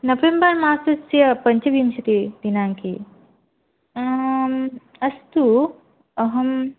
November मासस्य पञ्चविंशतिदिनाङ्के अस्तु अहं